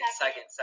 second